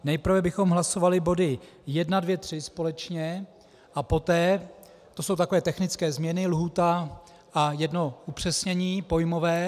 Nejprve bychom hlasovali body 1, 2, 3 společně, a poté to jsou takové technické změny, lhůta a jedno upřesnění pojmové.